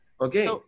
Okay